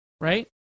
right